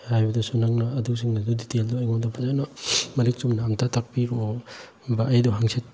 ꯍꯥꯏꯕꯗꯨꯁꯨ ꯁꯣꯝꯅ ꯑꯗꯨꯁꯤꯡ ꯑꯗꯨ ꯗꯤꯇꯦꯜꯗꯨ ꯑꯩꯉꯣꯟꯗ ꯐꯖꯅ ꯃꯔꯤꯛ ꯆꯨꯝꯅ ꯑꯝꯇ ꯇꯥꯛꯄꯤꯔꯛꯑꯣ ꯑꯩꯗꯣ ꯍꯪꯆꯤꯠ